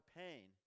pain